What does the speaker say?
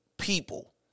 people